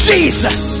Jesus